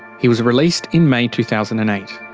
he was released in may two thousand and eight.